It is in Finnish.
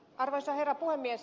arvoisa herra puhemies